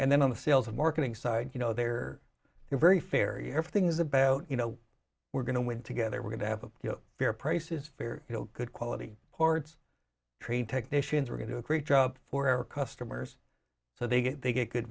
and then on the sales and marketing side you know they're very fairy everything's about you know we're going to win together we're going to have a fair price is fair you know good quality parts trained technicians we're going to a great job for our customers so they get they get good